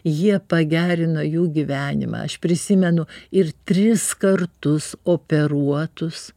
jie pagerina jų gyvenimą aš prisimenu ir tris kartus operuotus